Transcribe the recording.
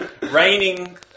raining